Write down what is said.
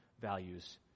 values